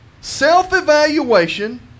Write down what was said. Self-evaluation